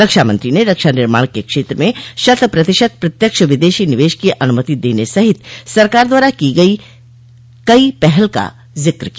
रक्षा मंत्री ने रक्षा निर्माण के क्षेत्र में शत प्रतिशत प्रत्यक्ष विदेशी निवेश की अनुमति देने सहित सरकार द्वारा की गई कई पहल का जिक्र किया